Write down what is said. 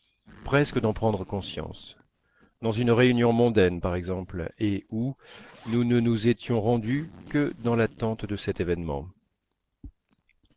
presque d'en prendre conscience dans une réunion mondaine par exemple et où nous ne nous étions rendus que dans l'attente de cet événement